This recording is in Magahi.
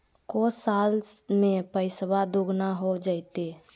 को साल में पैसबा दुगना हो जयते?